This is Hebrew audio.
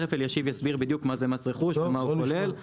תכף אלישיב יסביר בדיוק מה זה מס רכוש ומה הוא כולל.